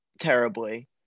terribly